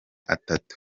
atatu